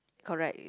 correct